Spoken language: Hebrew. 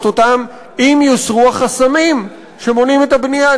אותן אם יוסרו החסמים שמונעים את הבנייה.